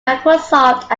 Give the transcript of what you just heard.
microsoft